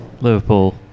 Liverpool